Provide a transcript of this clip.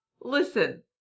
listen